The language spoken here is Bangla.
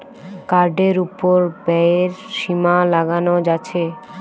কার্ডের উপর ব্যয়ের সীমা লাগানো যাচ্ছে